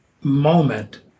moment